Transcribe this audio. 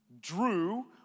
Drew